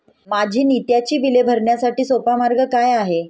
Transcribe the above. माझी नित्याची बिले भरण्यासाठी सोपा मार्ग काय आहे?